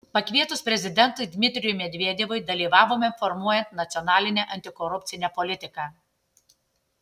pakvietus prezidentui dmitrijui medvedevui dalyvavome formuojant nacionalinę antikorupcinę politiką